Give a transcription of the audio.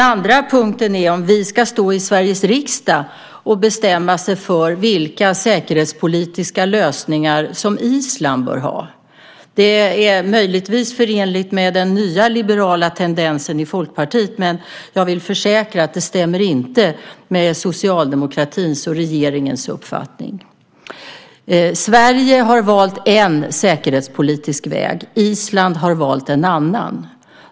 Låt mig sedan säga att om vi i Sveriges riksdag ska bestämma vilka säkerhetspolitiska lösningar Island bör ha är det möjligtvis förenligt med den nya liberala tendensen i Folkpartiet, men jag försäkrar att det inte stämmer med socialdemokratins och regeringens uppfattning. Sverige har valt en säkerhetspolitisk väg. Island har valt en annan.